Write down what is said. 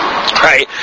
Right